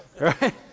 Right